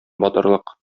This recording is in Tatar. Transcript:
батырлык